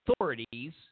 authorities